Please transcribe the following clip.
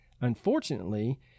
Unfortunately